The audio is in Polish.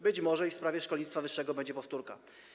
Być może w sprawie szkolnictwa wyższego będzie powtórka.